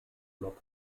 flop